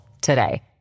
today